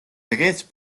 დღეს